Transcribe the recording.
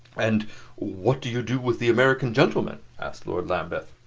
and what do you do with the american gentlemen? asked lord lambeth.